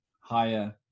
higher